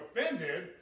offended